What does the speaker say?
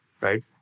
right